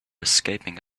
escaping